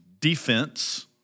defense